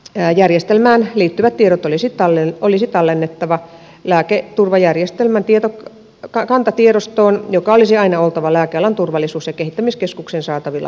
järjestelmään liittyvät tiedot olisi tallennettava lääketurvajärjestelmän kantatiedostoon joka olisi aina oltava lääkealan turvallisuus ja kehittämiskeskuksen saatavilla tarkastusta varten